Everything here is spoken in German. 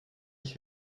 ich